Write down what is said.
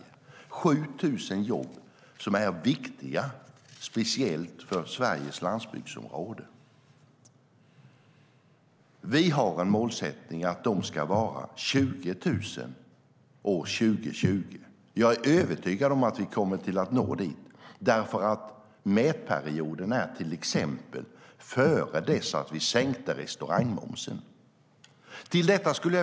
Det är 7 000 jobb som är viktiga, speciellt för Sveriges landsbygdsområden. Vi har en målsättning att de ska vara 20 000 år 2020. Jag är övertygad om att vi kommer att nå dit. Till exempel inföll mätperioden före vår sänkning av restaurangmomsen.